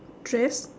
dress